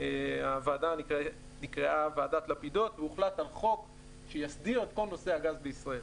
הוועדה נקראה ועדת לפידות והוחלט על חוק שיסדיר את כל נושא הגז בישראל.